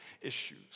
issues